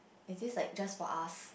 is this like just for us